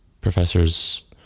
professors